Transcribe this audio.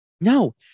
No